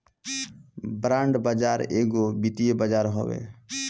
bond बाजार एगो वित्तीय बाजार हवे